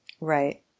Right